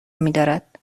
میدارد